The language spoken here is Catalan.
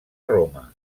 roma